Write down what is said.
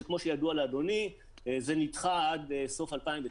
שכמו שידוע לאדוני, זה נדחה עד סוף 2019,